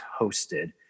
hosted